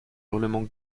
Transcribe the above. hurlements